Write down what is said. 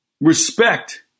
respect